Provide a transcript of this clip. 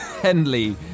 Henley